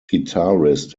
guitarist